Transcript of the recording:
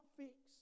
fix